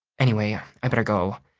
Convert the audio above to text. anyway, i better go.